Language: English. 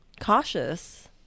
cautious